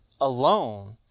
alone